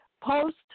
post